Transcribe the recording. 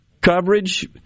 coverage